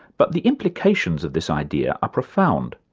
but the implications of this idea are profound.